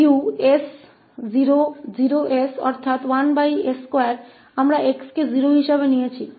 तो 𝑈0 𝑠 जो कि 1s2 है हमने x को 0 के रूप में लिया है